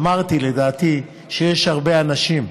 אמרתי, לדעתי, היא שיש הרבה אנשים,